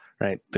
right